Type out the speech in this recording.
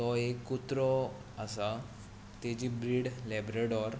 तो एक कुत्रो आसा ताजी ब्रीड लॅबरोडोर